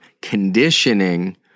conditioning